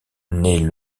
naît